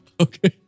okay